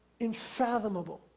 infathomable